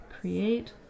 Create